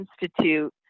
Institute